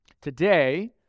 Today